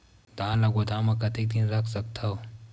धान ल गोदाम म कतेक दिन रख सकथव?